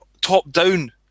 top-down